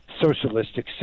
socialistic